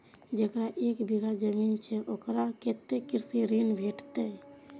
जकरा एक बिघा जमीन छै औकरा कतेक कृषि ऋण भेटत?